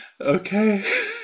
Okay